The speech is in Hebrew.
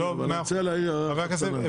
אני רוצה להעיר משהו.